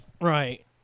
Right